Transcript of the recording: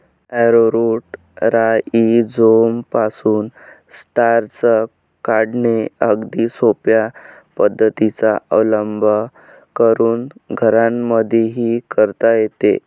arrowroot राईझोमपासून starch काढणे अगदी सोप्या पद्धतीचा अवलंब करून घरांमध्येही करता येते